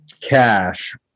cash